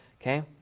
okay